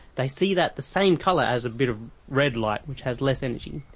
they see that the same colour as a bit of red light, which has less energy.